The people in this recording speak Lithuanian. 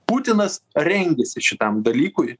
putinas rengėsi šitam dalykui